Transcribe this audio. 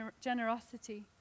generosity